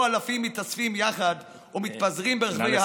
שבהן אלפים מתאספים יחד ומתפזרים ברחבי הארץ,